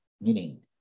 meaning